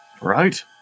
Right